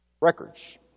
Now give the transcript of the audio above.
records